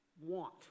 want